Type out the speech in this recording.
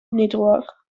network